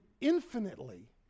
infinitely